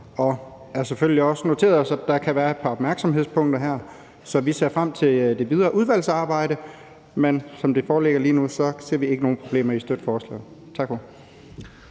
Vi har selvfølgelig også noteret os, at der kan være et par opmærksomhedspunkter her, så vi ser frem til det videre udvalgsarbejde. Men som de foreligger lige nu, ser vi ikke nogen problemer i at støtte forslagene. Tak for